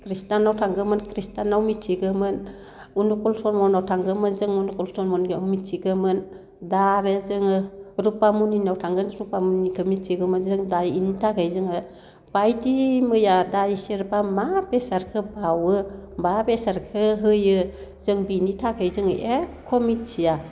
ख्रिस्टानाव थांगौमोन ख्रिस्टानाव मिथिगौमोन अनुकुल धोरोमनाव थांगौमोन जों अनुकुल धोरोमनियाव मिथिगौमोन दा आरो जोङो रुपामनिनाव थांगोन रुपामनिनिखौ मिथिगौमोन जों दा बेनि थाखाय जोङो बायदि मैया दा बिसोरबा मा बेसादखौ बावो मा बेसादखौ होयो जों बेनि थाखाय जों एख' मिथिया